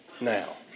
now